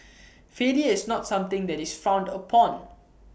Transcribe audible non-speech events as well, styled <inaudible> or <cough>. <noise> failure is not something that is frowned upon